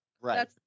Right